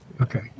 Okay